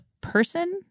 person